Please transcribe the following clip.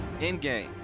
Endgame